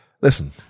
listen